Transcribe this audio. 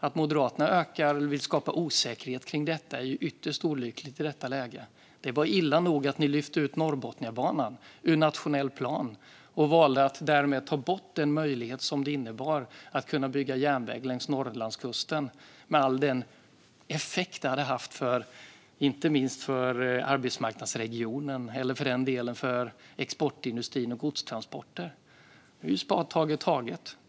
Att Moderaterna vill skapa osäkerhet kring detta är ytterst olyckligt i detta läge. Det var illa nog att ni lyfte ut Norrbotniabanan ur den nationella planen och därmed valde att ta bort den möjlighet som det innebar att bygga järnväg längs Norrlandskusten, med all den effekt det hade haft inte minst för arbetsmarknadsregionen eller för den delen för exportindustrin och godstransporterna. Nu är spadtaget taget.